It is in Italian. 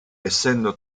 essendo